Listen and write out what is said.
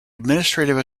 administrative